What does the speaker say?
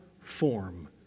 form